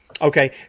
Okay